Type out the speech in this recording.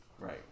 Right